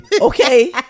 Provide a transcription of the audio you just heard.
okay